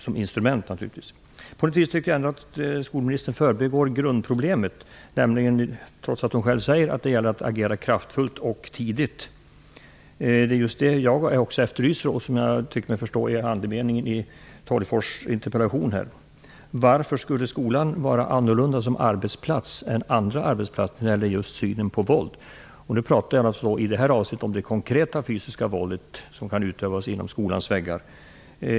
Jag tycker dock att skolministern på sätt och viss förbigår grundproblemet, trots att hon själv säger att det gäller att agera kraftfullt och tidigt. Det är just detta jag efterlyser och tycker mig förstå är andemeningen i Sten Tolgfors interpellation. Varför skulle skolan vara annorlunda som arbetsplats än andra arbetsplaner när det gäller synen på våld? Jag talar i det här sammanhanget om det konkreta fysiska våld som kan utövas inom skolans väggar.